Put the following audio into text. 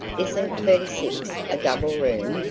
isn't thirty six a double room?